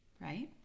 Right